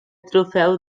trofeu